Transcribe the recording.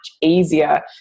easier